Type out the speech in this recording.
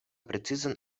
precizan